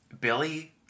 Billy